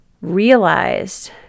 realized